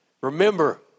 Remember